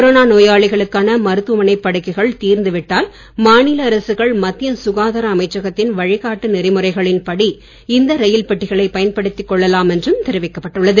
corona நோயாளிகளுக்கான மருத்துவமனை படுக்கைகள் தீர்ந்து விட்டால் மாநில அரசுகள் மத்திய சுகாதார அமைச்சகத்தின் வழிகாட்டு நெறிமுறைகளின் படி இந்த ரயில் பெட்டிகளை பயன்படுத்திக் கொள்ளலாம் என்றும் தெரிவிக்கப் பட்டுள்ளது